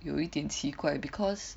有一点奇怪 because